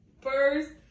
first